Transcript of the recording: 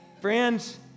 Friends